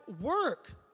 work